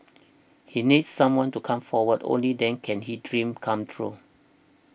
he needs someone to come forward only then can he dream come true